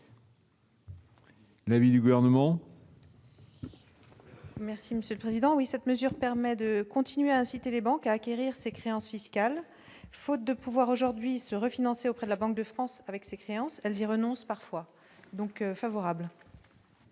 L'avis du gouvernement. Merci Monsieur le Président, oui cette mesure permet de continuer à inciter les banques à acquérir ces créances fiscales, faute de pouvoir aujourd'hui se refinancer auprès de la Banque de France, avec ces créances, elles y renoncent parfois donc favorable.